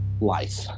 life